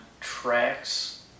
tracks